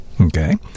Okay